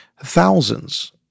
thousands